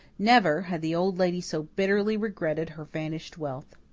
never had the old lady so bitterly regretted her vanished wealth.